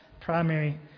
primary